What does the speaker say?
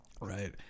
Right